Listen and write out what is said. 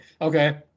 Okay